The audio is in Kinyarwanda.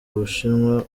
bushinwa